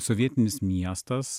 sovietinis miestas